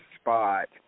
spot